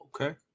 Okay